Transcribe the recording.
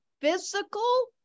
physical